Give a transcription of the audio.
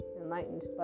enlightened